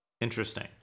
Interesting